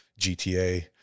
GTA